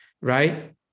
right